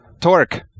Torque